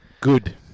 good